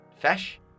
fish